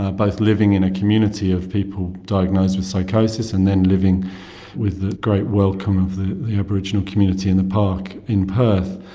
ah both living in a community of people diagnosed with psychosis, and then living with the great welcome of the the aboriginal community in the park in perth.